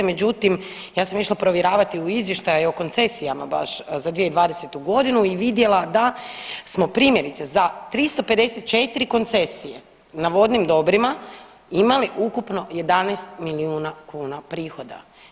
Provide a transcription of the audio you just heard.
Međutim, ja sam išla provjeravati u izvještaju o koncesijama baš za 2020. godinu i vidjela da smo primjerice za 354 koncesije na vodnim dobrima imali ukupno 11 milijuna kuna prihoda.